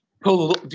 pull